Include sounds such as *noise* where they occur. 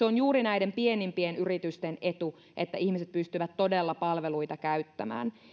*unintelligible* on juuri näiden pienimpien yritysten etu että ihmiset pystyvät todella palveluita käyttämään